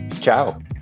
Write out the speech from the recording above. Ciao